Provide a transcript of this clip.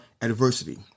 adversity